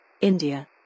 India